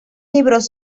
libros